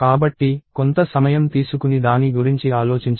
కాబట్టి కొంత సమయం తీసుకుని దాని గురించి ఆలోచించండి